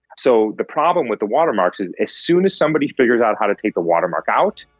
so the problem with the watermarks is as soon as somebody figures out how to take the watermark out,